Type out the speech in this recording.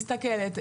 מסתכלת,